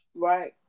right